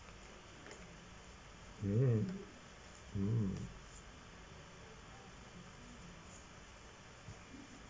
mm mm